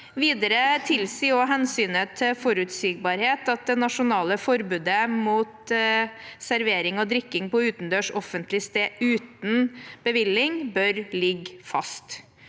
Videre tilsier hensynet til forutsigbarhet at det nasjonale forbudet mot servering og drikking på utendørs offentlig sted uten bevilling bør ligge fast.